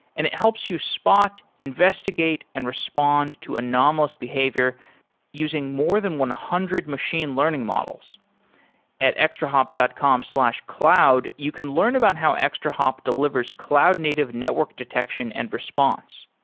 and it helps you spot, investigate and respond to anomalous behavior using more than one hundred machine learning models at extrahop dot com slash cloud, you can learn about how extrahop delivers cloud-native network detection and response.